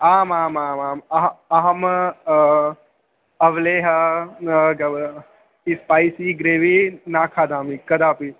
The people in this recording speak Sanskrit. आमामामाम् अह अहम् अवलेहं इस्पैसि ग्रेवी ना खादामि कदापि